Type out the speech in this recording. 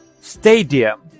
Stadium